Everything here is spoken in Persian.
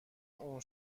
اون